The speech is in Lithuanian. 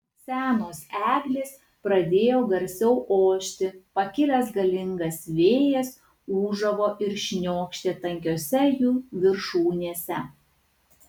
senos eglės pradėjo garsiau ošti pakilęs galingas vėjas ūžavo ir šniokštė tankiose jų viršūnėse